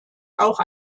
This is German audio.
auch